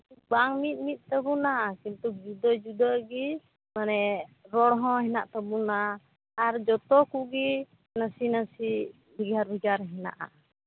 ᱵᱟᱝ ᱢᱤᱫ ᱢᱤᱫ ᱛᱟᱵᱚᱱᱟ ᱠᱤᱱᱛᱩ ᱡᱩᱫᱟᱹ ᱡᱩᱫᱟᱹ ᱜᱤ ᱢᱟᱱᱮ ᱨᱚᱲ ᱦᱚᱸ ᱦᱮᱱᱟᱜ ᱛᱟᱵᱚᱱᱟ ᱟᱨ ᱡᱚᱛᱚ ᱠᱚᱜᱮ ᱱᱟᱥᱮ ᱱᱟᱥᱮ ᱵᱷᱮᱜᱟᱨ ᱵᱷᱮᱜᱟᱨ ᱦᱮᱱᱟᱜᱼᱟ